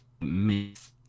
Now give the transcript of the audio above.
Miss